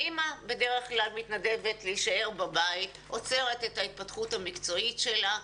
האימא בדרך כלל מתנדבת להישאר בבית ועוצרת את ההתפתחות המקצועית שלה.